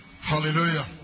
Hallelujah